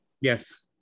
Yes